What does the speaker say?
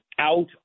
out